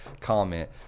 comment